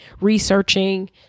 researching